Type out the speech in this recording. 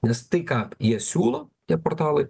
nes tai ką jie siūlo tie portalai